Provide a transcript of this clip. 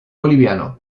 boliviano